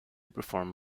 performed